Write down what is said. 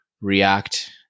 react